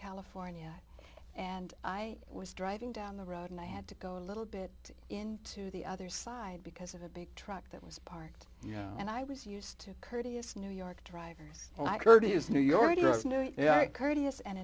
california and i was driving down the road and i had to go a little bit into the other side because of a big truck that was parked you know and i was used to courteous new york drivers and i courteous